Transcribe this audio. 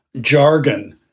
jargon